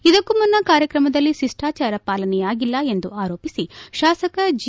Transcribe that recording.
ಇದಕ್ಕೂ ಮುನ್ನ ಕಾರ್ಯಕ್ರಮದಲ್ಲಿ ಶಿಷ್ಟಾಚಾರ ಪಾಲನೆಯಾಗಿಲ್ಲ ಎಂದು ಆರೋಪಿಸಿ ಶಾಸಕ ಜಿ